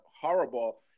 horrible